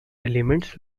elements